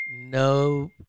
No